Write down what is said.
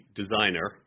designer